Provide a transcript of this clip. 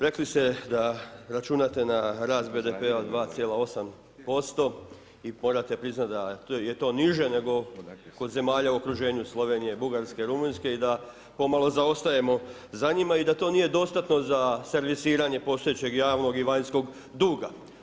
Rekli ste da računate na rast BDP-a od 2,8% i morate priznati da je to niže nego kod zemalja u okruženju Slovenije, Bugarske i Rumunjske i da pomalo zaostajemo za njima i da to nije dostatno za servisiranje postojećeg javnog i vanjskog duga.